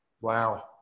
Wow